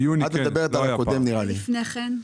ולפני כן?